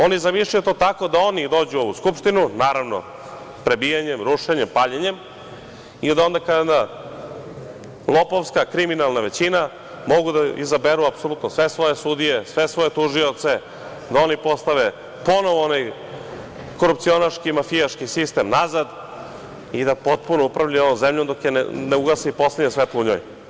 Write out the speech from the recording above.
Oni zamišljaju to tako da oni dođu u ovu Skupštinu, naravno prebijanjem, rušenjem, paljenjem, i da onda kao jedna lopovska, kriminalna većina mogu da izaberu apsolutno sve svoje sudije, sve svoje tužioce, da oni postave ponovo onaj korupcionaški, mafijaški sistem nazad i da potpuno upravljaju ovom zemljom dok ne ugase i poslednje svetlo u njoj.